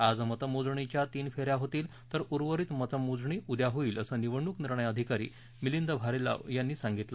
आज मतमोजणीच्या तीन फेऱ्या होतील तर उर्वरित मतमोजणी उद्या होईल असं निवडणूक निर्णय अधिकारी मिलिंद भालेराव यांनी सांगितलं